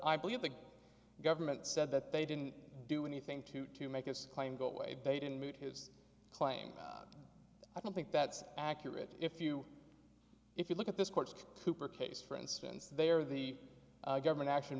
i believe the government said that they didn't do anything to to make this claim go away they didn't move his claim i don't think that's accurate if you if you look at this court case for instance there the government actually